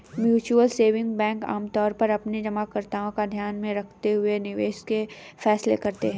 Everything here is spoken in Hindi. म्यूचुअल सेविंग बैंक आमतौर पर अपने जमाकर्ताओं को ध्यान में रखते हुए निवेश के फैसले करते हैं